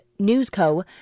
NewsCo